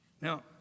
Now